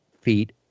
feet